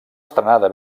estrenada